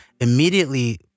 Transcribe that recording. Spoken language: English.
immediately